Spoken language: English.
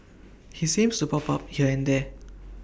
he seems to pop up here and there